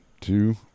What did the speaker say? two